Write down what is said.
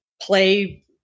play